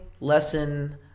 lesson